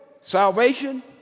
salvation